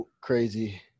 crazy